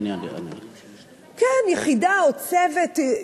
יחידה מיוחדת שתעשה, כן, יחידה או צוות.